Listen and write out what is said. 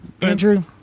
Andrew